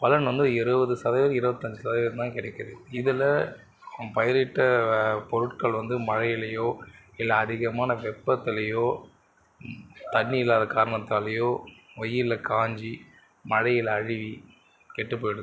பலன் வந்து இருபது சதவீதம் இருபத்தஞ்சி சதவீதம் தான் கிடைக்குது இதில் அவன் பயிரிட்ட பொருட்கள் வந்து மலையிலேயோ இல்லை அதிகமான வெப்பத்துலேயோ தண்ணி இல்லாத காரணத்தாலேயோ வெயிலில் காஞ்சு மழையில் அழுகி கெட்டுப் போயிடுது